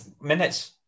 minutes